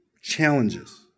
challenges